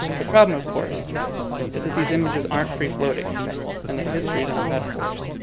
the problem of course is that these images aren't free floating and that histories aren't metaphors.